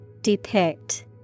Depict